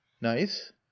Nice